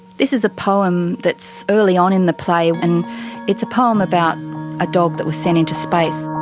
this is a poem that's early on in the play, and it's poem about a dog that was sent into space.